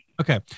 Okay